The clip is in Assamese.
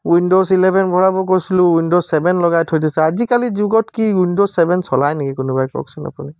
উইনড'জ ইলেভেন ভৰাব কৈছিলোঁ উইনড'জ ছেভেন লগাই থৈ দিছে আজিকালি যুগত কি উইনড'জ ছেভেন চলাই নেকি কোনোবাই কওকচোন আপুনি